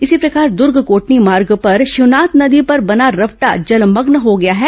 इसी प्रकार दर्ग कोटनी मार्ग पर शिवनाथ नदी पर बना रपटा जलमग्न हो गया है